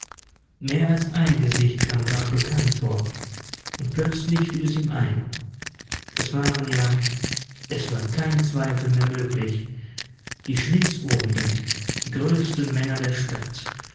mehr als ein gesicht kam grach bekannt vor und plötzlich fiel es ihm ein das waren ja es war kein zweifel mehr möglich die schlitzohrigen die größten männer der stadt